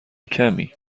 کمی